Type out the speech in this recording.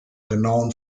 genauen